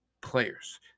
players